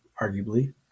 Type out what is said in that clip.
arguably